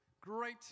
great